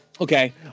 Okay